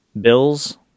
Bills